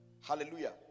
hallelujah